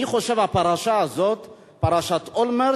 אני חושב שהפרשה הזאת, פרשת אולמרט,